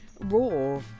raw